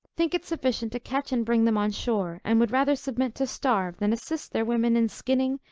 think it sufficient to catch and bring them on shore and would rather submit to starve than assist their women in skinning,